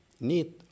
need